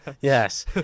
Yes